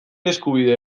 eskubide